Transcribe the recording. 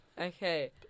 Okay